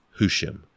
hushim